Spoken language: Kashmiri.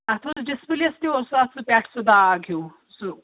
اَتھ اوس ڈِسپٕلییَس تہِ اوس اَتھ پٮ۪ٹھٕ سُہ داغ ہیوٗ سُہ